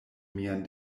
mian